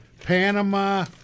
Panama